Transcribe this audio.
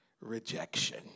rejection